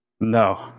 No